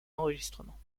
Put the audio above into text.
enregistrements